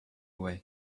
way